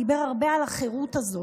דיבר הרבה על החירות הזאת,